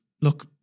look